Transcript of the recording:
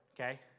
okay